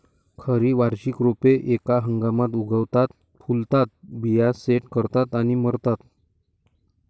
खरी वार्षिक रोपे एका हंगामात उगवतात, फुलतात, बिया सेट करतात आणि मरतात